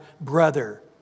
brother